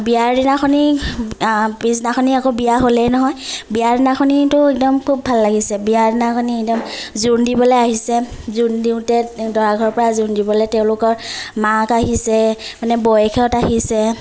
বিয়াৰ দিনাখন পিছদিনাখন আকৌ বিয়া হ'লেই নহয় বিয়াৰ দিনাখনতো একদম খুব ভাল লাগিছে বিয়াৰ দিনাখনি একদম জোৰোণ দিবলৈ আহিছে জোৰোণ দিওঁতে দৰাঘৰৰপৰা জোৰোণ দিবলৈ তেওঁলোকৰ মাক আহিছে মানে বৌয়েকহঁত আহিছে